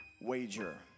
wager